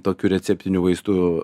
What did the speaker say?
tokių receptinių vaistų